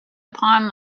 upon